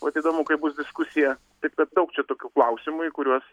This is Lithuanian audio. vat įdomu kaip bus diskusija taip kad daug čia tokių klausimų į kuriuos